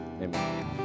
Amen